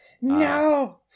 No